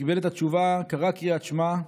וכשקיבל את התשובה קרא קריאת שמע,